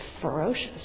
ferocious